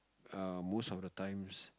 err most of the times